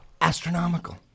Astronomical